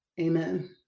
Amen